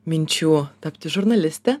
minčių tapti žurnaliste